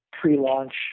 pre-launch